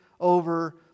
over